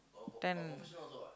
ten